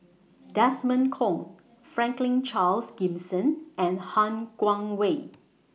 Desmond Kon Franklin Charles Gimson and Han Guangwei